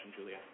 Julia